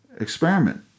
experiment